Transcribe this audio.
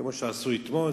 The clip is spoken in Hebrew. כמו שעשו אתמול,